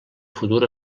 futur